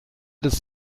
des